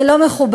זה לא מכובד,